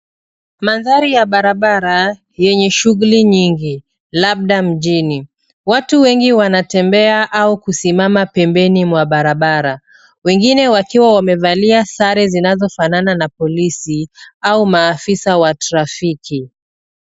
Mandhari ya barabara yenye shughuli nyingi, labda mjini. Watu wengi wanatembea au kusimama pembeni mwa barabara, wengine wakiwa wamevalia sare zinazofanana na polisi au maafisa wa trafiki.